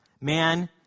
Man